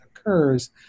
occurs